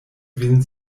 vin